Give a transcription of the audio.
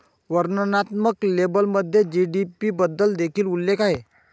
वर्णनात्मक लेबलमध्ये जी.डी.पी बद्दल देखील उल्लेख आहे